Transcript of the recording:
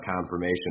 confirmation